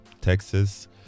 texas